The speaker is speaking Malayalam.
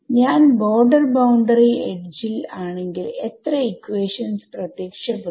ഞാൻ ബോർഡർ ബൌണ്ടറി എഡ്ജിൽ ആണെങ്കിൽ എത്ര ഇക്വേഷൻസ് പ്രത്യക്ഷപ്പെടും